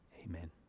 Amen